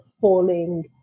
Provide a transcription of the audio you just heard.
falling